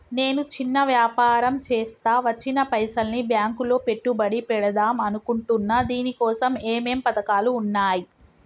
నేను చిన్న వ్యాపారం చేస్తా వచ్చిన పైసల్ని బ్యాంకులో పెట్టుబడి పెడదాం అనుకుంటున్నా దీనికోసం ఏమేం పథకాలు ఉన్నాయ్?